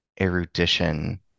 erudition